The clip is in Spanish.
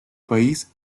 país